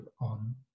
on